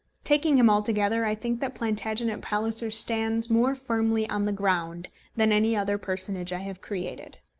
taking him altogether, i think that plantagenet palliser stands more firmly on the ground than any other personage i have created.